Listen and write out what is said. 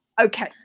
Okay